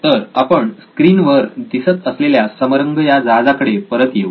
तर आपण स्क्रीनवर दिसत असलेल्या समरंग या जहाजाकडे परत येऊ